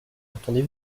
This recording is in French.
entendez